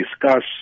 discuss